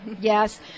Yes